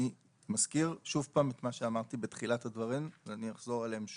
אני מזכיר שוב פעם את מה שאמרתי בתחילת הדברים ואני אחזור עליהם שוב.